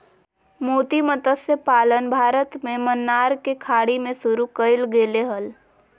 मोती मतस्य पालन भारत में मन्नार के खाड़ी में शुरु कइल गेले हल